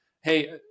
hey